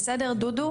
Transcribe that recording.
בסדר דודו?